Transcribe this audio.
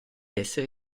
essere